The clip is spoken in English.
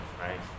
right